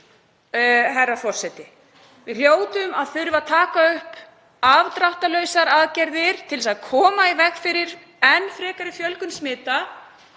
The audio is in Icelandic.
herra forseti. Við hljótum að þurfa að taka upp afdráttarlausari aðgerðir til þess að koma í veg fyrir enn frekari fjölgun smita.